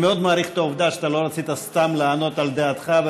אני מאוד מעריך את העובדה שלא רצית סתם לענות על דעתך,